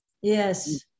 Yes